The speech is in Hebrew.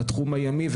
בתחום הימי,